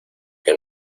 que